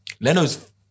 Leno's